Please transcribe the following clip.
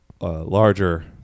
larger